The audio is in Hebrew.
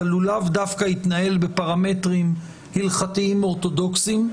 אבל הוא לאו דווקא התנהל בפרמטרים הלכתיים אורתודוקסים.